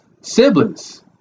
siblings